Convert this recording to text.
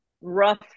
rough